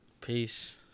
Peace